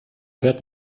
hört